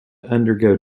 undergo